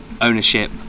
ownership